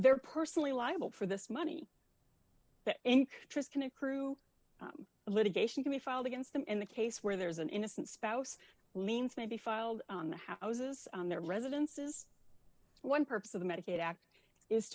there personally liable for this money in trust can accrue litigation can be filed against them in the case where there is an innocent spouse liens may be filed on the houses on their residences one purpose of the medicaid act is